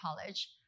college